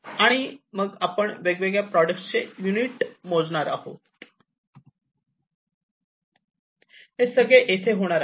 आणि आपण मग वेगवेगळ्या प्रॉडक्टसचे युनिट मोजणार आहोत हे सगळे येथे होणार आहे